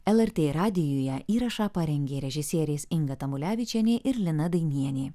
lrt radijuje įrašą parengė režisierės inga tamulevičienė ir lina dainienė